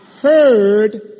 heard